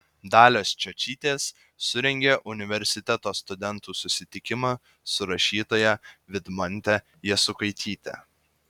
dalios čiočytės surengė universiteto studentų susitikimą su rašytoja vidmante jasukaityte